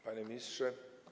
Panie Ministrze!